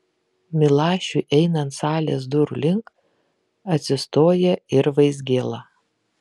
milašiui einant salės durų link atsistoja ir vaizgėla